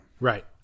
Right